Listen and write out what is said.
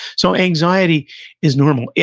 so, anxiety is normal. yeah